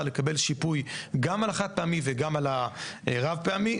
לקבל שיפוי גם על החד פעמי וגם על הרב פעמי.